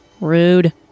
Rude